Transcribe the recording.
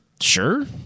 Sure